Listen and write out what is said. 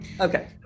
Okay